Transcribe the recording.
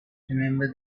remember